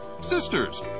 sisters